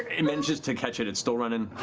it manages to catch it. it's still running.